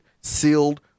sealed